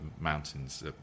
mountains